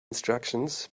instructions